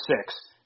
six